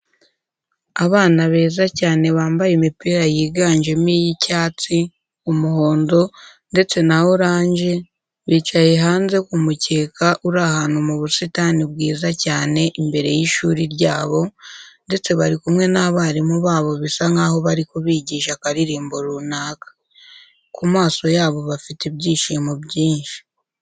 Abana beza cyane bambaye imipira yiganjyemo iy'icyatsi, umuhondo ndetse na oranje bicaye hanze ku mukeka uri ahantu mu busitani bwiza cyane imbere y'ishuri ryabo, ndetse bari kumwe n'abarimu babo bisa nkaho bari kubigisha akaririmbo runaka. Ku maso yabo bafite ibyishimo byinshi.